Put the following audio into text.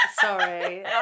Sorry